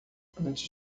antes